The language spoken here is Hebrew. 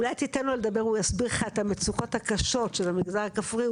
אולי תיתן לו לדבר הוא יסביר לך את המצוקות הקשות של המגזר הכפרי,